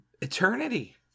eternity